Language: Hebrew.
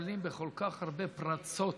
נתקלים בכל כך הרבה פרצות